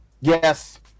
Yes